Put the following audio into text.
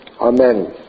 Amen